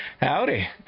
Howdy